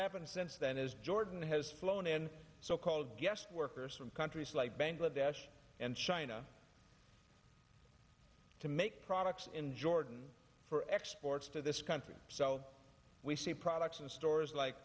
happened since then is jordan has flown in so called guest workers from countries like bangladesh and china to make products in jordan for exports to this country so we see products in stores like